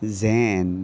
zen